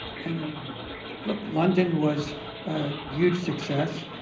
and look, london was a huge success.